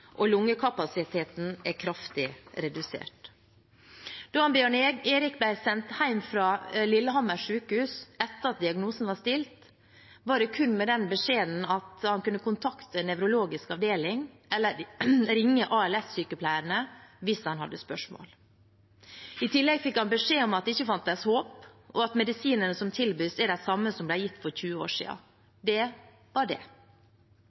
og lungekapasiteten er kraftig redusert. Da Bjørn Erik ble sendt hjem fra sykehuset i Lillehammer etter at diagnosen var stilt, var det kun med den beskjeden at han kunne kontakte nevrologisk avdeling eller ringe ALS-sykepleierne hvis han hadde spørsmål. I tillegg fikk han beskjed om at det ikke fantes håp, og at medisinene som tilbys, er de samme som ble gitt for 20 år siden. Det var det.